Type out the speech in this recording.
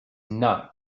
not